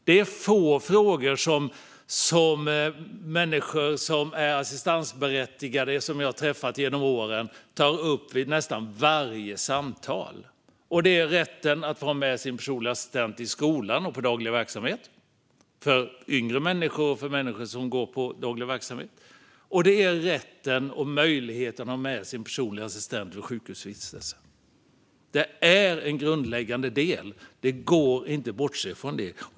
Det är få frågor som de människor som är assistansberättigade som jag har träffat genom åren tar upp vid nästan varje samtal, men den ena är rätten för yngre människor att ha med sin personliga assistent i skolan och för människor som går på daglig verksamhet att ha med sin personliga assistent dit - och den andra är rätten och möjligheten att ha med sin personliga assistent vid sjukhusvistelse. Det är en grundläggande del; det går inte att bortse från det.